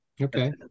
Okay